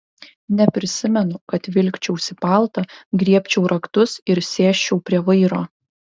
neprisimenu kad vilkčiausi paltą griebčiau raktus ir sėsčiau prie vairo